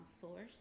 source